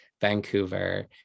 Vancouver